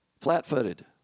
flat-footed